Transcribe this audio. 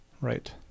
right